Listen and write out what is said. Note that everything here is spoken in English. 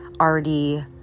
already